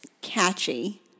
catchy